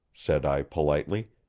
said i politely,